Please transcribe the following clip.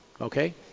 Okay